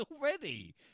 already